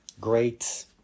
great